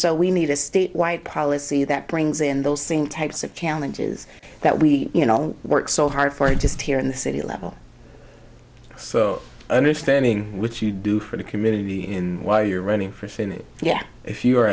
so we need a statewide policy that brings in those same types of challenges that we you know work so hard for just here in the city level so understanding what you do for the community in why you're running for senate yet if you are